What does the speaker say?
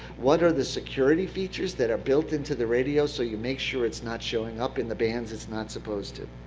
what are the security features that are built into the radio so you make sure it's not showing up in the bands it's not supposed to.